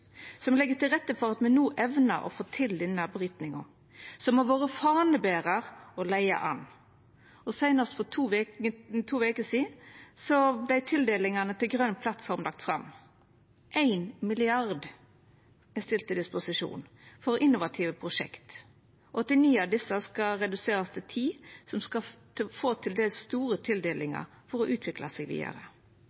som legg til rette for at me no evnar å få til denne brytinga, som har vore faneberar og leia an. Seinast for to veker sidan vart tildelingane til grøn plattform lagde fram – 1 mrd. kr er stilt til disposisjon for innovative prosjekt. 89 av desse skal reduserast til 10, som skal få til dels store